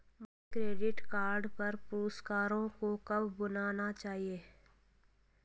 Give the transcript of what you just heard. मुझे credit card पर पुरस्कारों को कब भुनाना चाहिए?